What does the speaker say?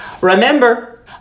Remember